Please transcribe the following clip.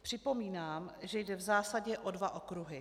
Připomínám, že jde v zásadě o dva okruhy.